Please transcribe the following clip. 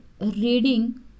reading